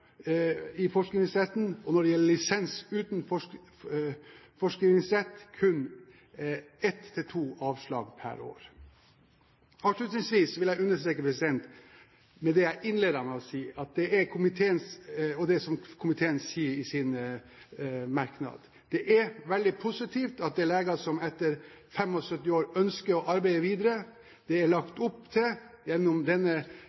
i forskrivningsretten. Når det gjelder lisens uten forskrivningsrett, er det kun ett til to avslag per år. Avslutningsvis vil jeg understreke det jeg innledet med å si, og det som komiteen sier i sin merknad: Det er veldig positivt at det er leger som etter 75 år ønsker å arbeide videre. Det er